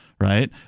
right